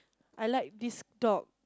I like this dog